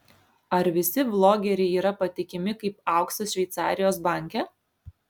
ar visi vlogeriai yra patikimi kaip auksas šveicarijos banke